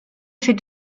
fait